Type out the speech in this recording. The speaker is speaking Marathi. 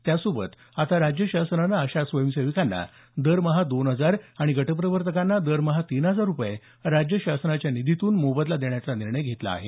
त्यासोबत आता राज्य शासनानं आशा स्वयंसेविकांना दरमहा दोन हजार आणि गट प्रवर्तकांना दरमहा तीन हजार रुपये राज्य शासनाच्या निधीतून मोबदला देण्याचा निर्णय घेतला आहे